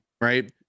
right